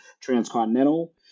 Transcontinental